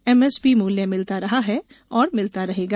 MSP मूल्य मिलता रहा है और मिलता रहेगा